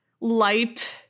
light